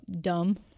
dumb